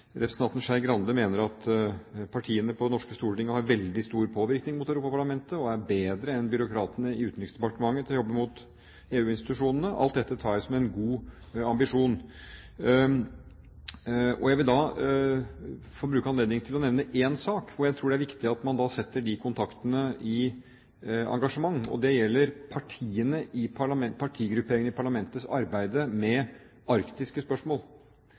Representanten Skei Grande mener at partiene på Det norske storting har veldig stor påvirkning på Europaparlamentet og er bedre enn byråkratene i Utenriksdepartementet til å jobbe mot EU-institusjonene. Alt dette tar jeg som en god ambisjon. Jeg vil få bruke anledningen til å nevne én sak hvor jeg tror det er viktig at man setter de kontaktene i engasjement. Det gjelder partigrupperingene i parlamentets arbeid med arktiske spørsmål,